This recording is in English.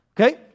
Okay